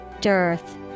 Dearth